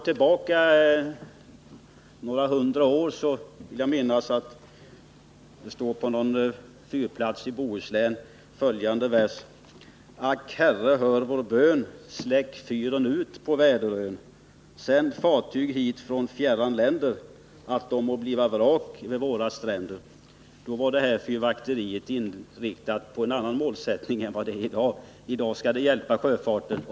Jag vill minnas att det på en fyrplats i Bohuslän står följande vers: Ack, Herre, hör vår bön Sänd fartyg hit från fjärran länder att de må bliva vrak vid våra stränder. Fyrvakteriet hade förr en annan målsättning än i dag. I dag skall det vara till hjälp för sjöfarten.